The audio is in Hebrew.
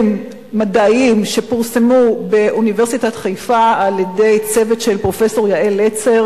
מדעיים שפורסמו באוניברסיטת חיפה על-ידי צוות של פרופסור יעל לצר,